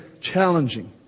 challenging